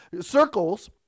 circles